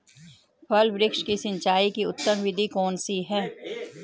फल वृक्ष की सिंचाई की उत्तम विधि कौन सी है?